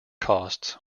costs